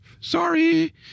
Sorry